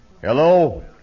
Hello